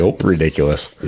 ridiculous